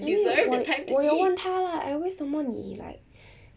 I mean 我我有问他 lah !aiya! 为什么你 like